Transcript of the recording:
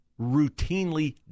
routinely